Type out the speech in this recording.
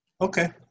Okay